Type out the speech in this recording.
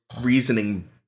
reasoning